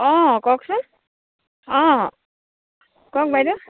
অঁ কওকচোন অঁ কওক বাইদেউ